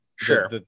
sure